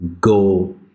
go